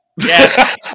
Yes